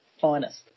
Finest